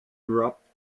dropped